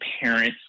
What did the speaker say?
parents